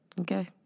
Okay